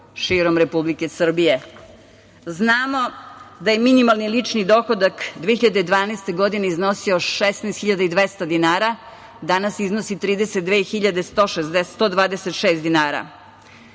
širom Republike Srbije. Znamo da je minimalni lični dohodak 2012. godine iznosio 16.200 dinara. Danas iznosi 32.126